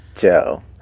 Joe